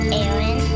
Aaron